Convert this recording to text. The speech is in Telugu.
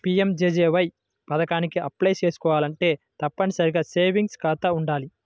పీయంజేజేబీవై పథకానికి అప్లై చేసుకోవాలంటే తప్పనిసరిగా సేవింగ్స్ ఖాతా వుండాలి